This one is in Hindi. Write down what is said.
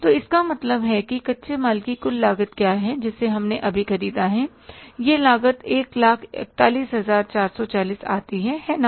तो इसका मतलब है कि कच्चे माल की कुल लागत क्या है जिसे हमने अभी ख़रीदा है यह लागत 141440 आती है है ना